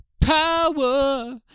power